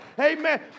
Amen